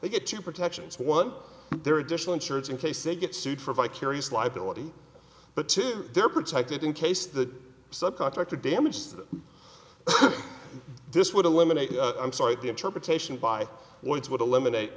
they get to protections one their additional insurance in case they get sued for vicarious liability but two they're protected in case the sub contractor damages this would eliminate i'm sorry the interpretation by whites would eliminate